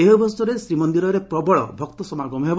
ଏହି ଅବସରରେ ଶ୍ରୀମନ୍ଦିରରେ ପ୍ରବଳ ଭକ୍ତଙ୍କ ସମାଗମ ହେବ